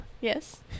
yes